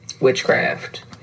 witchcraft